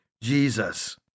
Jesus